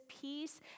peace